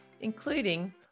including